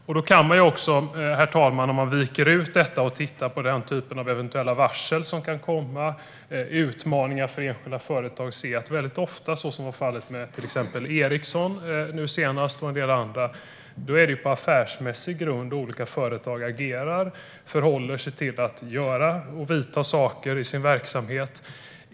Om man viker ut detta, herr talman, och tittar på den typ av varsel som eventuellt kan komma - liksom utmaningar för enskilda företag - ser man att företagare ofta agerar på affärsmässig grund, vilket var fallet med till exempel Ericsson nu senast och en del andra. Det är på affärsmässig grund man förhåller sig till att göra saker och vidta åtgärder i sin verksamhet.